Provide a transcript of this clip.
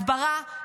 הסברה,